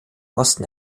osten